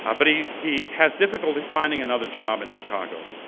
ah but he he has difficulty finding another job in chicago.